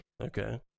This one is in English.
Okay